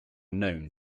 known